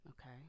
Okay